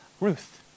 Ruth